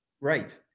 right